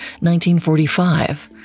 1945